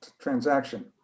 transaction